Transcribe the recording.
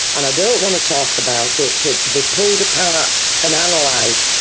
and i don't want to talk about it, for it to be pulled apart and and like